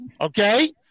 okay